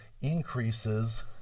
increases